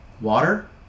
Water